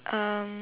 um